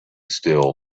still